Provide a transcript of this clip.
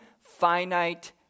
finite